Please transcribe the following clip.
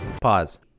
Pause